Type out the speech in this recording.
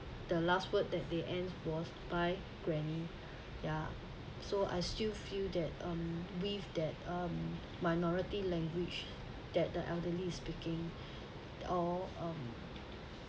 the last word that they end was bye granny ya so I still feel that um with that um minority language that the elderly speaking all um